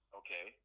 okay